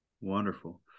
wonderful